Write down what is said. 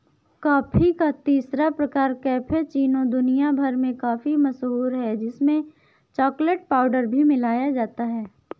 coffee का तीसरा प्रकार कैपेचीनो दुनिया भर में काफी मशहूर है जिसमें चॉकलेट पाउडर भी मिलाया जाता है